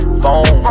phone